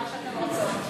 מה שאתן רוצות.